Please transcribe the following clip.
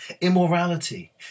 Immorality